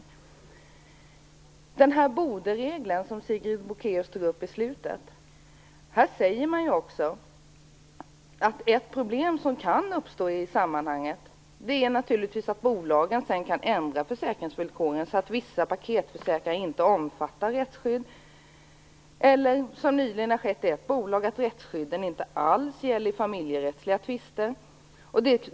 När det gäller den s.k. borde-regeln, som Sigrid Bolkéus nämnde i slutet av sitt förra inlägg, sägs det att ett problem som kan uppstå i sammanhanget är att bolagen sedan naturligtvis kan ändra försäkringsvillkoren, så att vissa paketförsäkringar inte omfattar rättsskydd eller att, som nyligen skett i ett bolag, rättsskydden inte alls gäller vid familjerättsliga tvister.